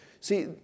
See